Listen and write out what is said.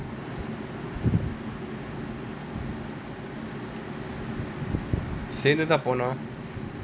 side lah தான் போனும்:thaan ponum